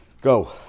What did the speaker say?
Go